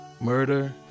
Murder